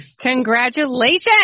Congratulations